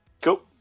Cool